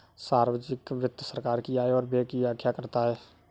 सार्वजिक वित्त सरकार की आय और व्यय की व्याख्या करता है